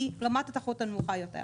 אלא רמת התחרות הנמוכה יותר.